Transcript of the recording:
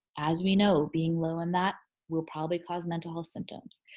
as we know being low in that will probably cause mental health symptoms.